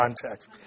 context